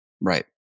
Right